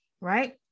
right